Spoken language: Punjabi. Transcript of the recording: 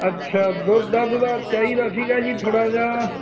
ਅੱਛਾ ਦੁੱਧ ਦੱਧ ਦਾ ਚਾਹੀਦਾ ਸੀਗਾ ਜੀ ਥੋੜ੍ਹਾ ਜਿਹਾ